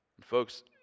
Folks